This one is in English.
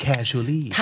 Casually